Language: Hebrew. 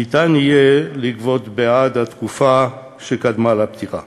ניתן יהיה לגבות בעד התקופה שקדמה לפטירה.